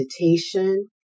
meditation